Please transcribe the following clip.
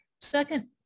Second